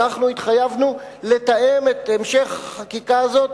אנחנו התחייבנו לתאם את המשך החקיקה הזאת